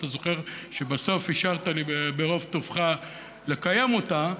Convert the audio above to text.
אתה זוכר שבסוף אישרת לי ברוב טובך לקיים אותה?